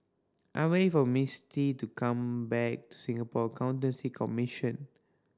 I'm waiting for Misti to come back Singapore Accountancy Commission